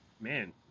Man